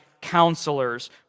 counselors